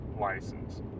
license